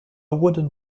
wooden